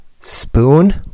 spoon